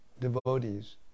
devotees